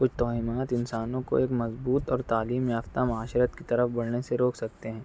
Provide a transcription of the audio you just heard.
کچھ توہمات انسانوں کو ایک مضبوط اور تعلیم یافتہ معاشرت کی طرف بڑھنے سے روک سکتے ہیں